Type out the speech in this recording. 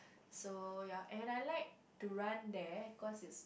so ya and I like to run there cause it's